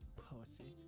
pussy